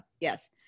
yes